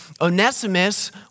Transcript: Onesimus